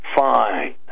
fine